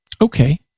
Okay